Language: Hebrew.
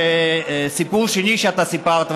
סיפור שני שאתה סיפרת,